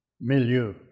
milieu